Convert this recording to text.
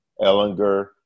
Ellinger